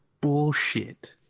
bullshit